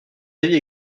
avis